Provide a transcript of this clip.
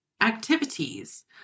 activities